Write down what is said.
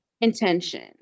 intention